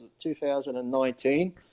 2019